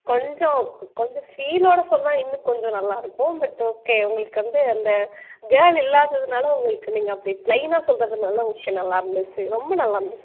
கொஞ்சம் கொஞ்சம் ஃபீலோட சொன்னா இன்னும் கொஞ்சம் நல்லா இருக்கும் பட் ஓகே உங்களுக்கு வந்து அந்த கேர்ள் இல்லாததுனால உங்களுக்கு நீங்கள் அப்படி ப்ளைனாக சொல்லுறதுனால ஓகே நல்லாருந்துச்சு ரொம்ப நல்லாருந்துச்சு